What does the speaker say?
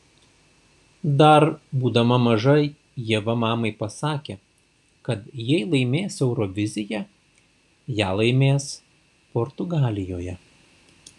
dar būdama maža ieva mamai pasakė kad jei laimės euroviziją ją laimės portugalijoje